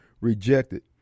rejected